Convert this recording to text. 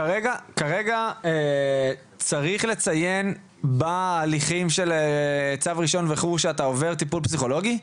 כרגע צריך לציין בהליכים של צו ראשון וכו' שאתה עובר טיפול פסיכולוגי?